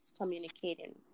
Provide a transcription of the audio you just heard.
communicating